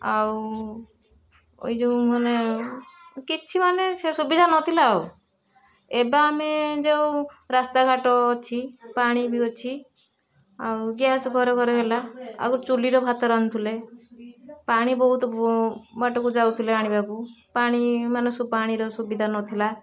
ଆଉ ଏଇଯୋଉ ମାନେ କିଛି ମାନେ ସୁବିଧା ନଥିଲା ଏବେ ଆମେ ଯେଉଁ ରାସ୍ତାଘାଟ ଅଛି ପାଣିବି ଅଛି ଆଉ ଗ୍ୟାସ୍ ଘରେଘରେ ହେଲା ଆଗୁରୁ ଚୁଲ୍ହିରେ ଭାତ ରାନ୍ଧୁଥିଲେ ପାଣି ବହୁତ ବାଟକୁ ଯାଉଥିଲେ ଆଣିବାକୁ ପାଣି ମାନେ ପାଣିର ସୁବିଧା ନଥିଲା